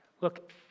Look